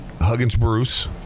Huggins-Bruce